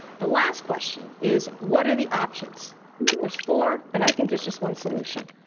the last question is, what are the options there's four, but i think there's just one solution.